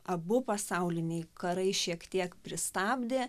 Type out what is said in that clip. abu pasauliniai karai šiek tiek pristabdė